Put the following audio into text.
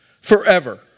forever